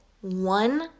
one